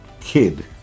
kid